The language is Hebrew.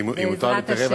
אם יותר לי להתערב,